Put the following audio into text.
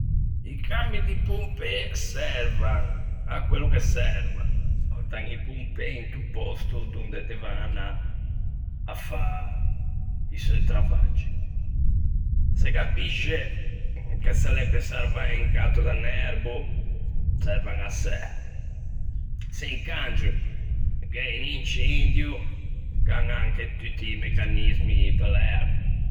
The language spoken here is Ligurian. I cami di pompê servan à quello che servan: portâ i pompê into pòsto donde devan anâ à fâ i seu travaggi. Se capisce che se l'é pe sarvâ un gatto de un erboo, servan assæ, se incangio gh'é un incendio, gh'an anche tutti i meccanismi pe l'ægua.